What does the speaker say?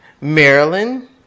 Maryland